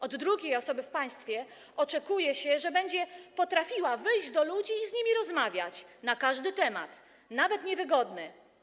Od drugiej osoby w państwie oczekuje się, że będzie potrafiła wyjść do ludzi i z nimi rozmawiać na każdy temat, nawet niewygodny.